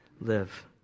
Live